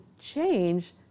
change